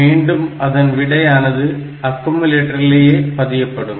மீண்டும் அதன் விடைகள் அக்குமுலேட்டரிலா பதியப்படும்